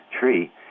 tree